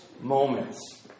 moments